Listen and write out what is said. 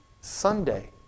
Sunday